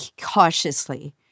cautiously